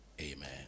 Amen